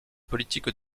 politique